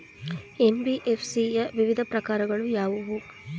NBFC ಯ ವಿವಿಧ ಪ್ರಕಾರಗಳು ಯಾವುವು?